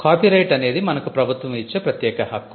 copyright అనేది మనకు ప్రభుత్వం ఇచ్చే ప్రత్యేక హక్కు